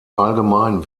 allgemeinen